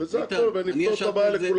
וזה הכול, נפתור את הבעיה לכולם.